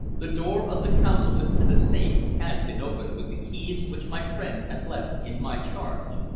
the door of the consulate and the safe had been opened with the keys which my friend had left in my charge.